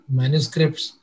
manuscripts